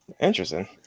interesting